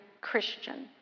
Christian